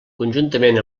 conjuntament